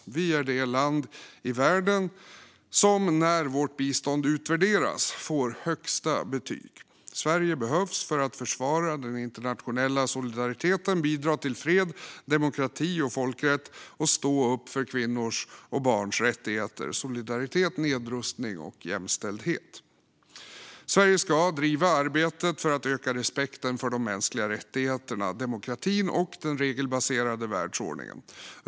Vi är det land i världen som när vårt bistånd utvärderas får högsta betyg. Sverige behövs för att försvara den internationella solidariteten, bidra till fred, demokrati och folkrätt samt stå upp för kvinnors och barns rättigheter, solidaritet, nedrustning och jämställdhet. Sverige ska driva arbetet för att öka respekten för de mänskliga rättigheterna, demokratin och den regelbaserade världsordningen.